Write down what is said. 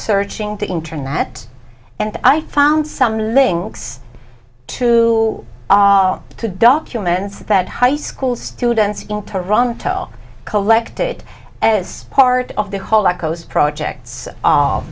searching the internet and i found some links to our to documents that high school students in toronto collected as part of the whole